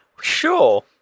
Sure